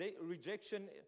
rejection